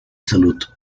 salud